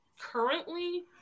currently